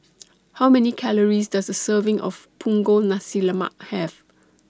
How Many Calories Does A Serving of Punggol Nasi Lemak Have